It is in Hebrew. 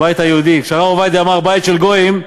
הבית היהודי כשהרב עובדיה אמר "בית של גויים"